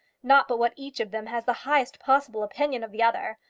not but what each of them has the highest possible opinion of the other.